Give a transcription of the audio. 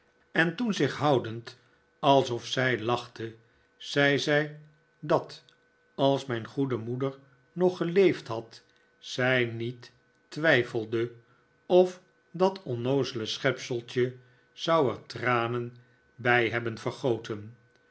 en toen zich houdend alsof zij lachte zei zij dat als mijn goede moeder nog geleefd had zij niet twijfelde of dat onnoozele schepseltje zou er tranen bij hebben vergoten